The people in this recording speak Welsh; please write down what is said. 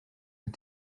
wyt